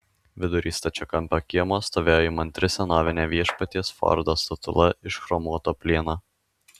vidury stačiakampio kiemo stovėjo įmantri senovinė viešpaties fordo statula iš chromuoto plieno